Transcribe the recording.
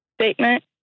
statement